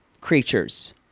creatures